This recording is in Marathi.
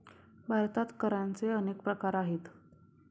भारतात करांचे अनेक प्रकार आहेत